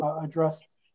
addressed